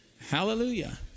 Hallelujah